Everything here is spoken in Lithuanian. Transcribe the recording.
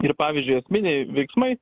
ir pavyzdžiui esminiai veiksmai